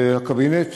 הקבינט